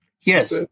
Yes